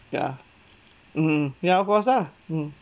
ya mmhmm ya of course lah mm